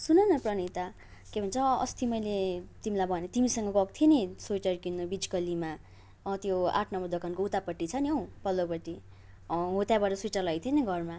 सुन न प्रनिता के भन्छ अस्ति मैले तिमीलाई भनेको थिएँ तिमीसँग गएको थिएँ नि स्वेटर किन्न बिच गल्लीमा अँ त्यो आठ नम्बर दोकानको उतापटि छ नि हौ पल्लोपट्टि अँ हो त्यहाँबाट स्वेटर लगेको थिएँ नि घरमा